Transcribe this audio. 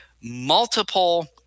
multiple